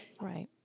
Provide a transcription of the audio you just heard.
Right